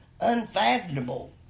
unfathomable